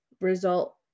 result